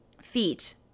feet